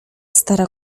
stara